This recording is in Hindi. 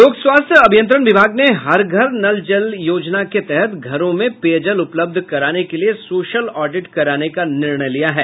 लोक स्वास्थ्य अभियंत्रण विभाग ने हर घर नल योजना के तहत घरों में पेयजल उपलब्ध कराने के लिये सोशल ऑडिट कराने का निर्णय लिया है